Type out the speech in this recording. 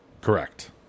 Correct